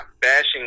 bashing